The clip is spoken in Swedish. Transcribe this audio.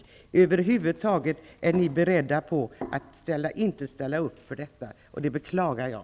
Ni är över huvud taget inte beredda att ställa upp för det. Det beklagar jag.